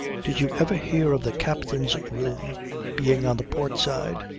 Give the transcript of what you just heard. did you ever hear of the captain's room being on the port side?